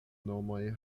nomoj